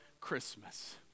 Christmas